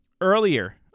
earlier